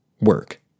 work